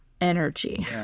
energy